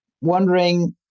wondering